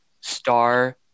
star